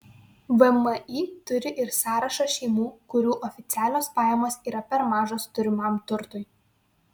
vmi turi ir sąrašą šeimų kurių oficialios pajamos yra per mažos turimam turtui